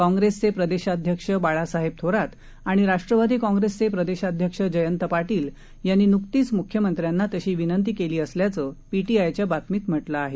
काँग्रेसचे प्रदेशाध्यक्ष बाळासाहेब थोरात आणि राष्ट्रवादी काँग्रेसचे प्रदेशाध्यक्ष जयंत पाटील यांनी नुकतीच मुख्यमंत्र्यांना तशी विनंती केली असल्याचं पीटीआयच्या बातमीत म्हटलं आहे